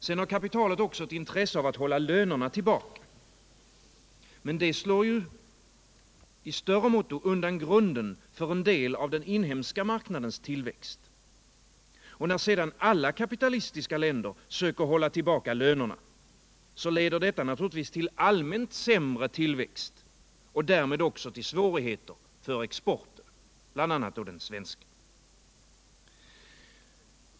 Sedan har kapitalet också ett intresse av att hålla lönerna tillbaka. Men det slår ju i större utsträckning undan grunden för en del av den inhemska marknadens tillväxt. När så alla kapitalistiska länder söker hålla tillbaka lönerna leder detta naturligtvis till allmänt sämre tillväxt och därmed också till svårigheter för exporten, bl.a. då den svenska.